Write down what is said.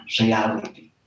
reality